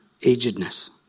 agedness